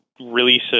release